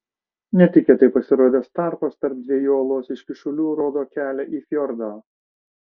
netikėtai pasirodęs tarpas tarp dviejų uolos iškyšulių rodo kelią į fjordą